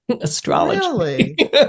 Astrology